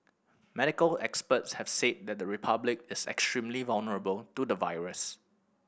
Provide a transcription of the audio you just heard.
medical experts have said that the Republic is extremely vulnerable to the virus